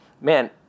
man